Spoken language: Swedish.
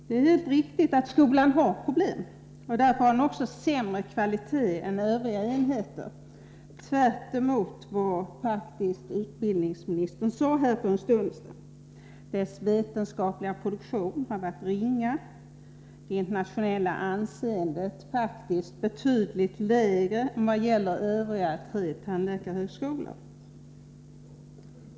Det är helt riktigt att skolan har problem, och därför har den också sämre kvalitet än övriga enheter — tvärtemot vad utbildningsministern sade för en stund sedan. Dess vetenskapliga produktion har varit ringa. Det internationella anseendet är betydligt lägre än vad som gäller för de tre övriga tandläkarhögskolorna.